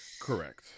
Correct